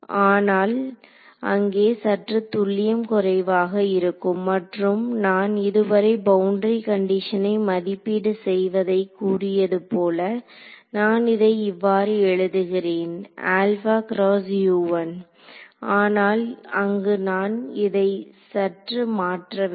ஆனால் அங்கே சற்று துல்லியம் குறைவாக இருக்கும் மற்றும் நான் இதுவரை பவுண்டரி கண்டிஷனை மதிப்பீடு செய்வதை கூறியதுபோல நான் இதை இவ்வாறு எழுதுகிறேன் ஆனால் அங்கு நான் இதை சற்று மாற்ற வேண்டும்